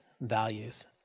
values